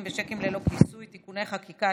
ושיקים ללא כיסוי (תיקוני חקיקה),